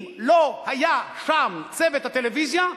אם לא היה שם צוות הטלוויזיה,